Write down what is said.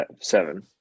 seven